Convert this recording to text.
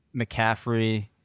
McCaffrey